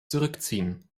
zurückziehen